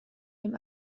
dem